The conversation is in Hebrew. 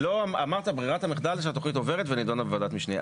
אמרת ברירת המחדל שהתוכנית עוברת ונידונה בוועדת משנה.